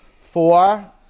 Four